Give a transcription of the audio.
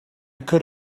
could